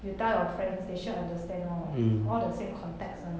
you tell your friends they sure understand [one] [what] all the same context [one]